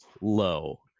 low